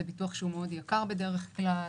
זה ביטוח יקר מאוד בדרך כלל.